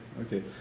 Okay